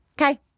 Okay